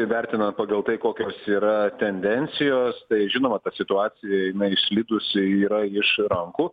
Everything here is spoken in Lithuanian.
įvertinant pagal tai kokios yra tendencijos tai žinoma ta situacija jinai išslydusi yra iš rankų